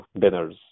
dinners